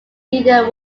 leader